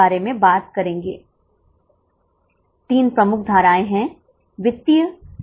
और भाग सी में छात्रों की अनुमानित संख्या के अनुसार आपको 4 कॉलम बनाने की आवश्यकता है